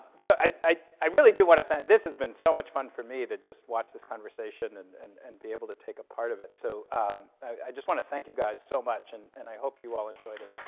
so i i really do want to thank. this has been so much fun for me to just watch this conversation and and and be able to take a part of it. so i just want to thank you guys so much, and and i hope you all enjoyed it.